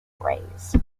phrase